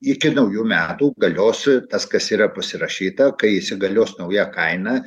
iki naujų metų galios tas kas yra pasirašyta kai įsigalios nauja kaina